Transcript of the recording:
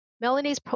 Melanie's